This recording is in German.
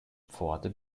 pforte